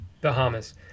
Bahamas